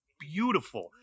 beautiful